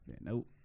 Nope